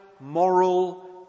moral